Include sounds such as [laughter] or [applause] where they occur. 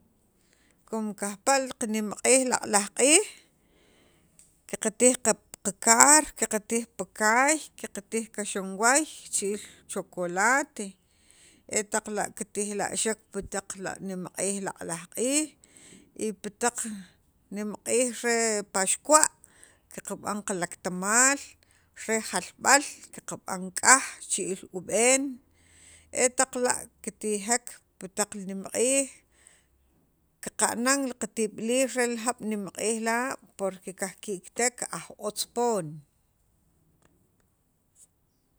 [noise] com kajpa' li qanimq'iij laq'laj q'iij qaqe qakij qakar qaqatij pakaay qatij kaxlanwaay rich'iil chocolate e taq kitijla'xek pi taq la' nemq'iij laq'laj q'iij y pi taq nemq'iij re paxkuwa' qaqab'an qalaktamal re jalb'al kab'an k'aj richi'iil ub'een e taq la' kitijek pi taq nemq'iij qiqa'nnan ri qatib'iliil re jab' taq nemq'iij la' porque kajki'kitek aj otz poon.